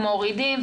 מורידים,